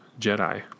Jedi